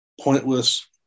pointless